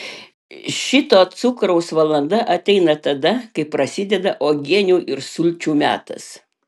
šito cukraus valanda ateina tada kai prasideda uogienių ir sulčių metas